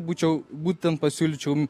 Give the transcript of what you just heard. būčiau būtent pasiūlyčiau